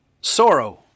sorrow